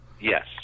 Yes